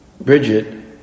Bridget